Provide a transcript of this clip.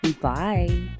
Bye